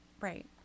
right